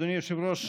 אדוני היושב-ראש,